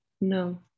no